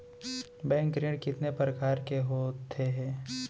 Bank ऋण कितने परकार के होथे ए?